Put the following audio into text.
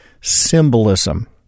symbolism